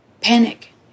panic